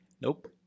Nope